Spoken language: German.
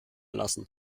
lassen